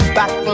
back